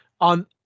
On